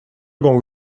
gången